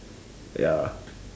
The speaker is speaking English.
ya